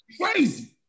crazy